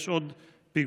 יש עוד פיגועים.